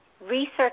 Research